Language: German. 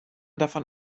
davon